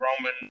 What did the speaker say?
Roman